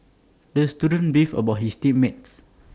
the student beefed about his team mates